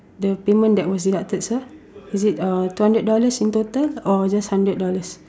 the payment that was deducted sir is it uh two hundred dollars in total or just hundred dollars